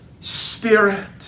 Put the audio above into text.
spirit